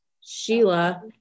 Sheila